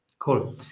Cool